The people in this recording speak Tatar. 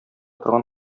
торган